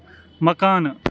مکانہٕ